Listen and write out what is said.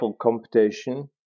computation